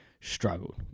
struggled